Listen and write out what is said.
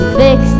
fix